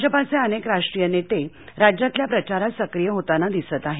भाजपाचे अनेक राष्ट्रीय नेते राज्यातल्या प्रचारात सक्रीय होताना दिसत आहेत